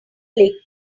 lake